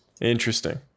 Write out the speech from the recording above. Interesting